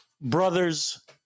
Brothers